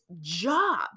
job